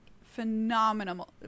phenomenal